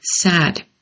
sad